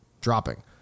dropping